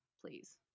please